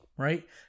right